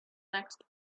next